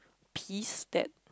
peas that